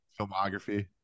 filmography